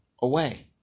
away